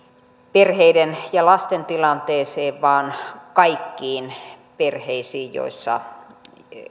perheiden ja lasten tilanteeseen vaan kaikkiin perheisiin joissa